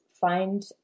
find